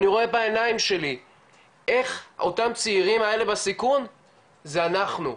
אני רואה בעיניים שלי איך אותם צעירים האלה בסיכון זה אנחנו,